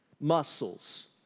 muscles